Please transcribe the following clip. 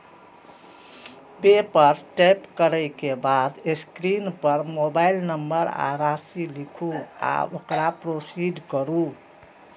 पे पर टैप करै के बाद स्क्रीन पर मोबाइल नंबर आ राशि लिखू आ ओकरा प्रोसीड करू